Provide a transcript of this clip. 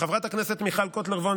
לחברת הכנסת מיכל קוטלר וונש,